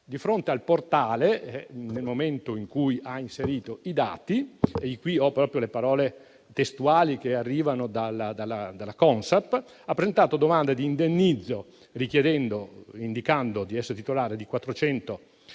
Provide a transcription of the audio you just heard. di fronte al portale, nel momento in cui ha inserito i dati - e qui ho le parole testuali che arrivano dalla Consap - ha presentato domanda di indennizzo, indicando di essere titolare di 439 azioni;